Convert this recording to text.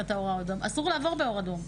אסור לעבור באור אדום.